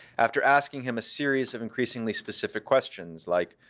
after asking him a series of increasingly specific questions, like,